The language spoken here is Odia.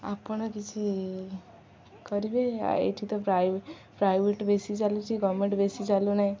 ଆପଣ କିଛି କରିବେ ଆଉ ଏଠି ତ ପ୍ରାଇ ପ୍ରାଇଭେଟ ବେଶୀ ଚାଲୁଛି ଗମେଣ୍ଟ ବେଶୀ ଚାଲୁନାହିଁ